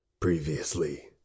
Previously